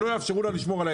שלא יאפשרו לה את זה.